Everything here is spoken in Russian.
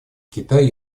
китай